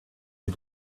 you